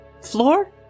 Floor